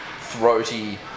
throaty